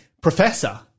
professor